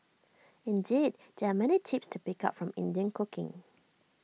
indeed there are many tips to pick up from Indian cooking